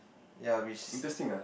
ya we s~